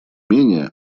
менее